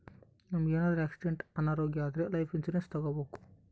ನಮ್ಗೆ ಏನಾದ್ರೂ ಆಕ್ಸಿಡೆಂಟ್ ಅನಾರೋಗ್ಯ ಆದ್ರೆ ಲೈಫ್ ಇನ್ಸೂರೆನ್ಸ್ ತಕ್ಕೊಬೋದು